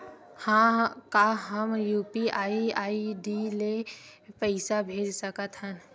का हम UPI ID ले पईसा भेज सकथन?